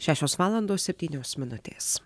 šešios valandos septynios minutės